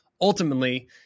Ultimately